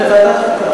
הצעה אחרת.